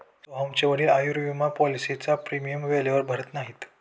सोहनचे वडील आयुर्विमा पॉलिसीचा प्रीमियम वेळेवर भरत नाहीत